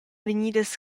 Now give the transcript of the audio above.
vegnidas